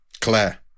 Claire